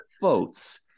votes